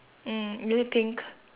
mm is it pink